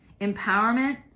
empowerment